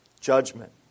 judgment